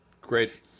great